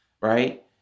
right